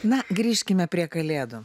na grįžkime prie kalėdų